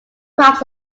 crops